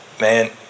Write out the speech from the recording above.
man